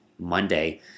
Monday